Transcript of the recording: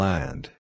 Land